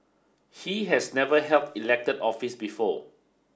he has never held elected office before